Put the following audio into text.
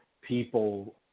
people